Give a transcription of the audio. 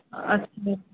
अच्छा